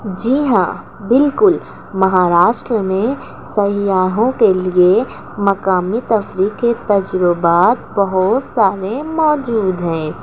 جی ہاں بالکل مہاراشٹر میں سیّاحوں کے لیے مقامی تفریح کے تجربات بہت سارے موجود ہیں